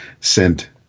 sent